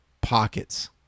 pockets